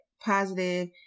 positive